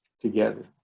together